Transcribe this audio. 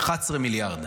11 מיליארד.